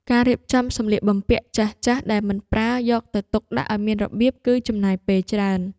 ការរៀបចំសម្លៀកបំពាក់ចាស់ៗដែលមិនប្រើ យកទៅទុកដាក់ឱ្យមានរបៀប គឺចំណាយពេលច្រើន។